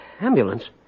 Ambulance